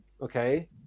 okay